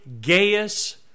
Gaius